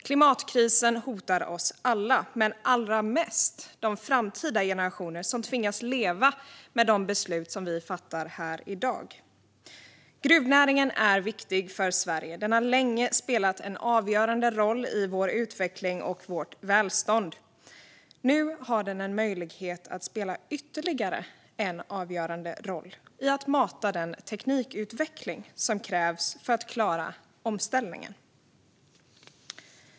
Klimatkrisen hotar oss alla, men allra mest de framtida generationer som tvingas leva med de beslut vi fattar här i dag. Gruvnäringen är viktig för Sverige. Den har länge spelat en avgörande roll i vår utveckling och vårt välstånd. Nu har den en möjlighet att spela ytterligare en avgörande roll i att mata den teknikutveckling som krävs för att klara omställningen.